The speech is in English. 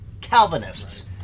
Calvinists